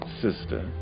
sister